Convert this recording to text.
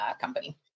company